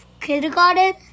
kindergarten